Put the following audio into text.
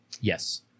Yes